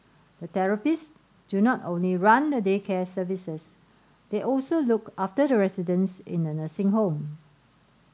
the therapists do not only run the day care services they also look after the residents in the nursing home